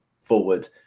forward